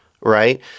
right